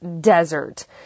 desert